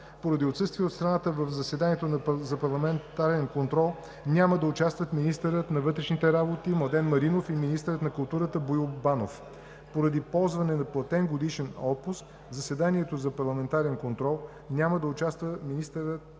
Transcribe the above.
Поради отсъствие от страната в заседанието за парламентарен контрол няма да участват министърът на вътрешните работи Младен Маринов и министърът на културата Боил Банов. Поради ползване на платен годишен отпуск в заседанието за парламентарен контрол няма да участват министърът